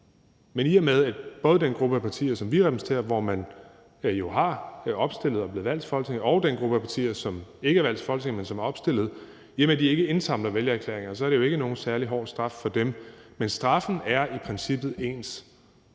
men i og med at den gruppe af partier, som vi repræsenterer, hvor man har været opstillet og er blevet valgt til Folketinget, og den gruppe af partier, som ikke er valgt til Folketinget, men som er opstillet, ikke indsamler vælgererklæringer, er det jo ikke nogen særlig hård straf for dem, men straffen er i princippet ens.